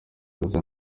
gusa